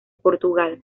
portugal